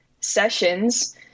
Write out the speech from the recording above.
sessions